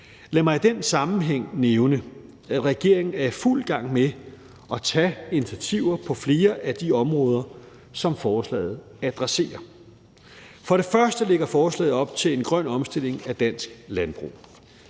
Lad mig i den sammenhæng nævne, at regeringen er i fuld gang med at tage initiativer på flere af de områder, som forslaget adresserer. For det første lægger forslaget op til en grøn omstilling af dansk landbrug.